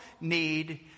need